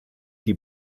die